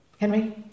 Henry